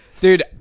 Dude